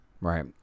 Right